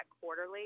quarterly